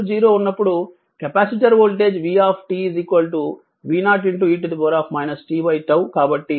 t ≥ 0 ఉన్నప్పుడు capacitor voltage v V0 e t𝝉